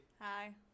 Hi